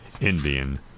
Indian